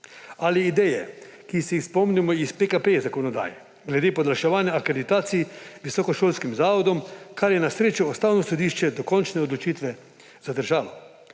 ali ideje, ki se jih spomnimo iz PKP zakonodaje glede podaljševanja akreditacija visokošolskem zavodom, kar je na srečo Ustavno sodišče dokončne odločitve zadržala.